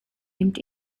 nimmt